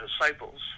Disciples